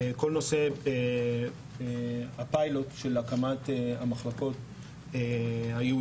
כל נושא הפיילוט של הקמת המחלקות הייעודיות